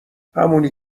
همونی